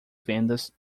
vendas